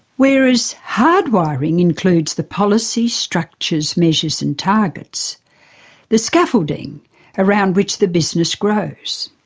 whereas hard wiring includes the policies, structures, measures and targets the scaffolding around which the business grows.